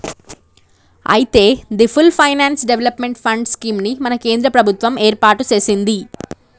అయితే the full finance development fund scheme ని మన కేంద్ర ప్రభుత్వం ఏర్పాటు సెసింది